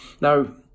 now